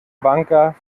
banker